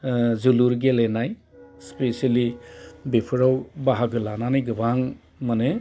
ओ जोलुर गेलेनाय स्पेसियेलि बेफोराव बाहागो लानानै गोबां माने